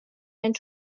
went